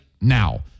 now